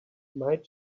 might